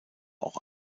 auch